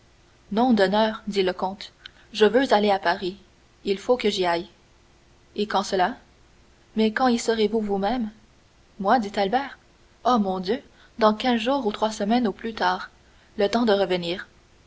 non d'honneur dit le comte je veux aller à paris il faut que j'y aille et quand cela mais quand y serez-vous vous-même moi dit albert oh mon dieu dans quinze jours ou trois semaines au plus tard le temps de revenir